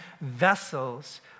vessels